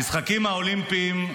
המשחקים האולימפיים,